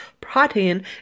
protein